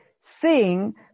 seeing